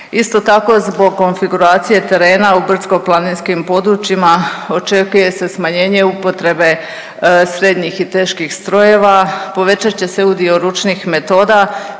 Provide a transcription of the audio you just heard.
Isto tako, zbog konfiguracije terena u brdsko-planinskim područjima očekuje se smanjenje upotrebe srednjih teških strojeva, povećat će se udio ručnih metoda,